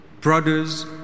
brothers